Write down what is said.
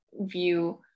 view